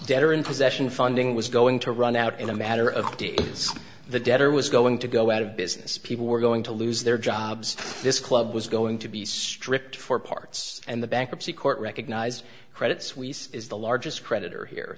debtor in possession funding was going to run out in a matter of the debt or was going to go out of business people were going to lose their jobs this club was going to be stripped for parts and the bankruptcy court recognized credit suisse is the largest creditor here